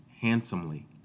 handsomely